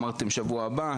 אמרתם "שבוע הבא",